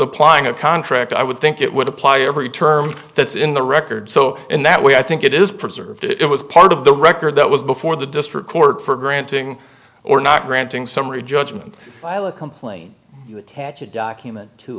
applying a contract i would think it would apply every term that's in the record so in that way i think it is preserved it was part of the record that was before the district court for granting or not granting summary judgment file a complaint you attach